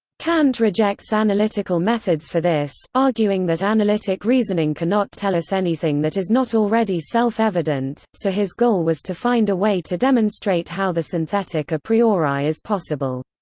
kant rejects analytical methods for this, arguing that analytic reasoning cannot tell us anything that is not already self-evident, so his goal was to find a way to demonstrate how the synthetic a priori is possible.